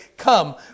Come